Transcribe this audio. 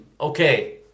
okay